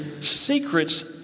secrets